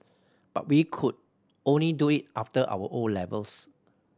but we could only do it after our O levels